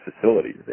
facilities